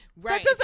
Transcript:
right